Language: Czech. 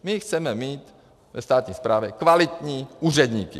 My chceme mít ve státní správě kvalitní úředníky.